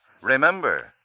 Remember